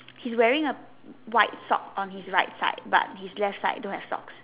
his wearing a white sock on his right side but his left side don't have socks